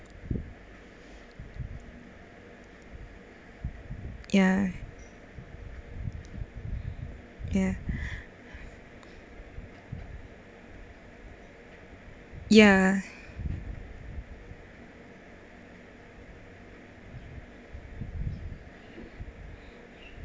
ya ya ya